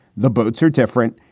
the boats are different.